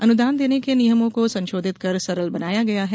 अनुदान देने के नियमों को संशोधित कर सरल बनाया गया है